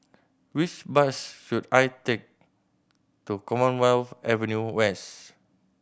which bus should I take to Commonwealth Avenue West